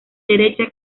derecha